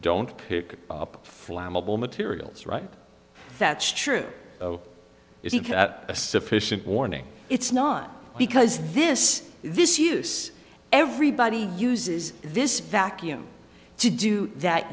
don't pick up flammable materials right that's true if you can have a sufficient warning it's not because this this use everybody uses this vacuum to do that